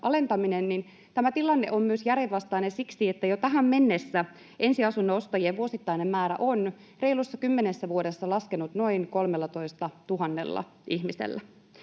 alentaminen, tämä tilanne on myös järjenvastainen siksi, että jo tähän mennessä ensiasunnon ostajien vuosittainen määrä on reilussa kymmenessä vuodessa laskenut noin 13 000 ihmisellä.